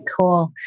cool